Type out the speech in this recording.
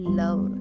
love